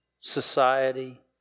society